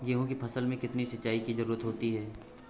गेहूँ की फसल में कितनी सिंचाई की जरूरत होती है?